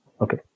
Okay